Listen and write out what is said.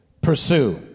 pursue